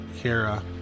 Kara